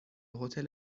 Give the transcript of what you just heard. هتل